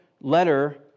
letter